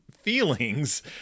feelings